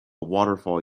waterfall